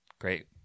Great